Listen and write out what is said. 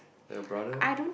your brother leh